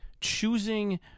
choosing